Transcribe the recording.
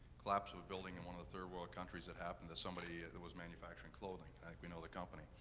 collapse of a building in one of the third world countries that happened to somebody that was manufacturing clothing i think we know the company.